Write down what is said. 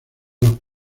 los